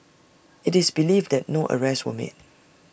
IT is believed that no arrests were made